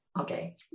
Okay